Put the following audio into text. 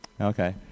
Okay